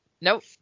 nope